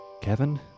Kevin